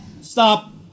stop